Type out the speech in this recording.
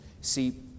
See